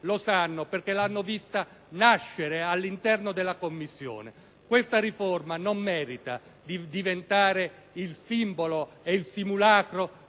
sanno, perché l'hanno vista nascere all'interno della Commissione, che questa riforma non merita di diventare il simbolo e il simulacro